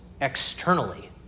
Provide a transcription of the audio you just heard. externally